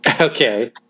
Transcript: Okay